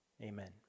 Amen